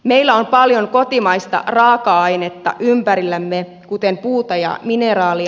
meillä on paljon kotimaista raaka ainetta ympärillämme kuten puuta ja mineraalia